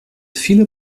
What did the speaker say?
viele